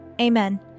amen